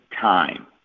time